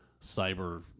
cyber